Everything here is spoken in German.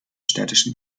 städtischen